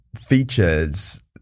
features